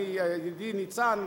ידידי ניצן,